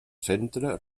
centre